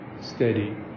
steady